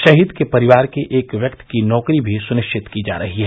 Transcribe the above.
शहीद के परिवार के एक व्यक्ति की नौकरी भी सुनिरिचत की जा रही है